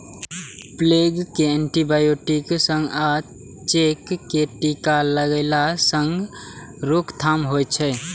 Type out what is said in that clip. plague कें antibiotic सं आ चेचक कें टीका लगेला सं रोकथाम होइ छै